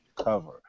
cover